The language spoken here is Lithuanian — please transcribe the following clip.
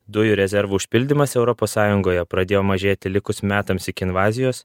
dujų rezervų užpildymas europos sąjungoje pradėjo mažėti likus metams iki invazijos